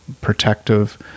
protective